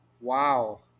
Wow